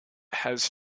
has